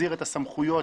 זה ענין של הסדרת סמכויות.